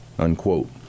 unquote